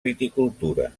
viticultura